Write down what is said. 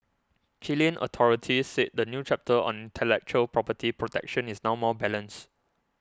Chilean authorities say the new chapter on intellectual property protection is now more balanced